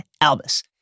Albus